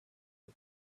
the